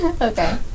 Okay